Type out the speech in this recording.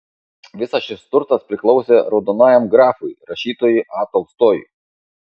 visas šis turtas priklausė raudonajam grafui rašytojui a tolstojui